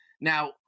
Now